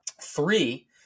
Three